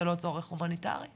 זה לא צורך הומניטרי?